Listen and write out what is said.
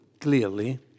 clearly